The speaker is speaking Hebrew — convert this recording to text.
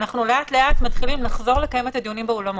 אנחנו לאט לאט חוזרים לקיים אתה דיונים באולמות.